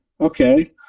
Okay